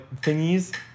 thingies